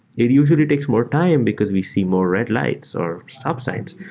it usually takes more time because we see more red lights or stop signs.